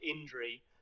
injury